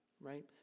right